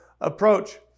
approach